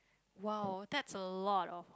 !wow! that's a lot of